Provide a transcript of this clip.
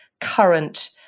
current-